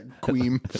Queen